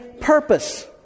purpose